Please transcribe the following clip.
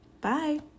Bye